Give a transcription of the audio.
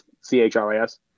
C-H-R-I-S